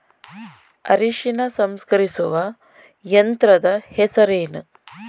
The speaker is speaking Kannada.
ಅರಿಶಿನ ಸಂಸ್ಕರಿಸುವ ಯಂತ್ರದ ಹೆಸರೇನು?